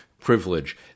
privilege